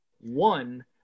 one